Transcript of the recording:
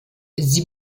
sie